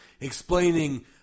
explaining